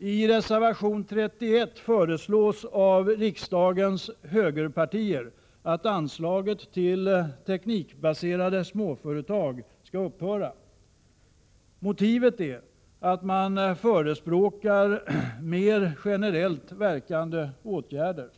I reservation 31 föreslår riksdagens högerpartier att anslaget till teknikbaserade småföretag skall upphöra. Motivet är att man förespråkar mer generellt verkande åtgärder.